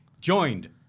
joined